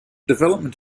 development